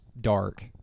dark